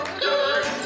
good